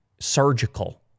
surgical